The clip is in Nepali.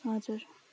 हजुर